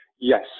Yes